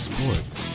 Sports